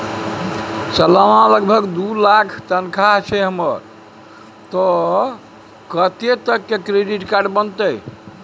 सलाना लगभग दू लाख तनख्वाह छै हमर त कत्ते तक के क्रेडिट कार्ड बनतै?